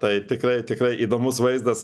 tai tikrai tikrai įdomus vaizdas